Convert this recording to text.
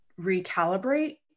recalibrate